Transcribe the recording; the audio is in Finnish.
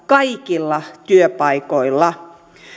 kaikilla työpaikoilla